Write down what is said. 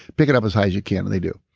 pick it up as high as you can, and they do.